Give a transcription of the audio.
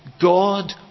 God